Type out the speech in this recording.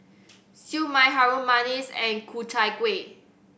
Siew Mai Harum Manis and Ku Chai Kuih